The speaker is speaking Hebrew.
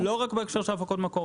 לא רק בהקשר של הפקות מקור.